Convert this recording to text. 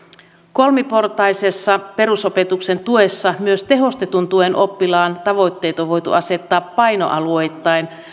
kolmiportaisessa perusopetuksen tuessa myös tehostetun tuen oppilaan tavoitteet on voitu asettaa painoalueittain